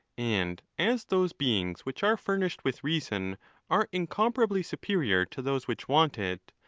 and as those beings which are furnished with reason are incomparably superior to those which want it,